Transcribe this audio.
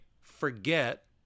forget